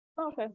Okay